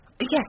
Yes